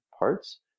parts